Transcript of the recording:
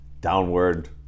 downward